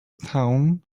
town